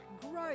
growth